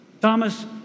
Thomas